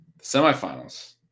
semifinals